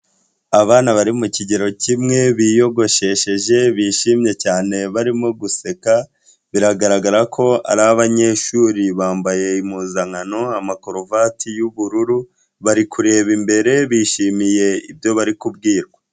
Abana bari mu kigero kimwe, biyogoshesheje, bishimye cyane barimo guseka, biragaragara ko ari abanyeshuri, bambaye impuzankano, amakoruvati y'ubururu, bari kureba imbere, bishimiye ibyo bari kubwirwa.